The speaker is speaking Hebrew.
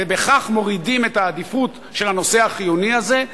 ובכך מורידים את העדיפות של הנושא החיוני הזה,